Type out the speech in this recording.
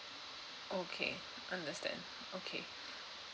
okay understand okay